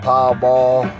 Powerball